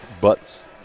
butts